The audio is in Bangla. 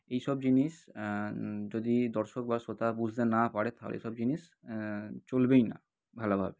এইসব জিনিস যদি দর্শক বা শ্রোতা বুঝতে না পারে তাহলে এসব জিনিস চলবেই না ভালোভাবে